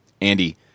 Andy